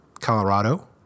Colorado